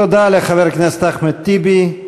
תודה לחבר הכנסת אחמד טיבי.